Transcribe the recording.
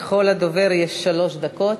לכל דובר יש שלוש דקות.